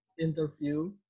interview